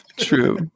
True